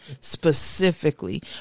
specifically